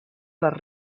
les